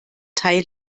teil